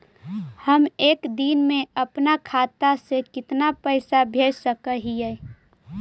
हम एक दिन में अपन खाता से कितना पैसा भेज सक हिय?